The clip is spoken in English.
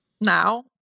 now